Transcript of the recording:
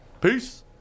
Peace